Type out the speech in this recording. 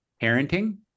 parenting